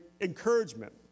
encouragement